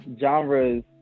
genres